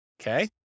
Okay